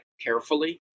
carefully